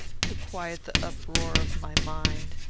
to quiet the uproar of my mind,